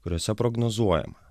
kuriose prognozuojama